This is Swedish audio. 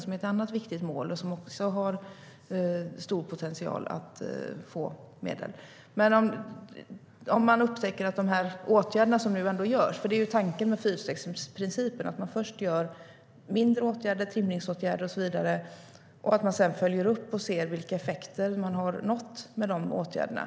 Det är ett annat viktigt mål som också har stor potential att få medel. Tanken med fyrstegsprincipen är att man först vidtar mindre åtgärder - trimningsåtgärder och så vidare - och sedan följer upp och ser vilka effekter man har nått med åtgärderna.